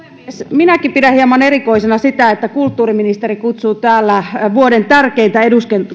minäkin pidän hieman erikoisena sitä että kulttuuriministeri kutsuu täällä vuoden tärkeintä